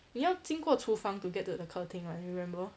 你要经过厨房 to get to the 客厅 right remember